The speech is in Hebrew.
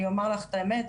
אני אומר לך את האמת,